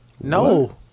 no